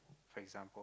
for example